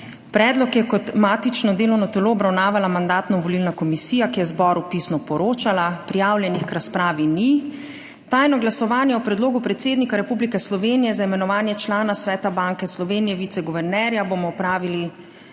Predlog je kot matično delovno telo obravnavala Mandatno-volilna komisija, ki je zboru pisno poročala. Prijavljenih k razpravi ni. Tajno glasovanje o predlogu predsednika Republike Slovenije za imenovanje člana Sveta Banke Slovenije - viceguvernerja bomo opravili,